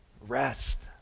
Rest